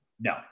No